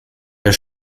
der